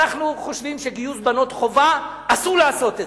אנחנו חושבים שגיוס בנות חובה אסור שיהיה.